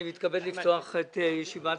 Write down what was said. אני מתכבד לפתוח את ישיבת